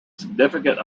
significant